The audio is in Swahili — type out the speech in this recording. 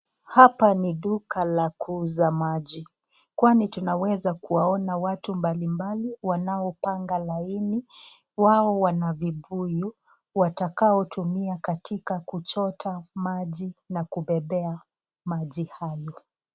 Hapa ni duka la kuuza maji, kwani tunaweza kuwaona watu mbali mbali wanaopanga laini. Wao wana vibuyu watakao tumia katika kuchota maji na kubebea maji hayo.